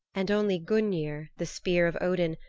and only gungnir, the spear of odin,